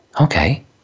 Okay